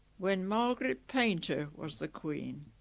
when margaret painter was the queen